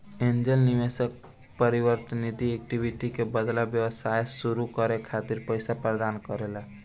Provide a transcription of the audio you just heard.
angel निवेशक परिवर्तनीय equity के बदला व्यवसाय सुरू करे खातिर पईसा प्रदान करेला